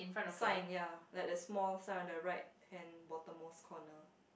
sign ya like the small sign on the right hand bottom most corner